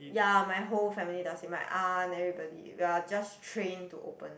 ya my whole family does it my aunt everybody we are just trained to open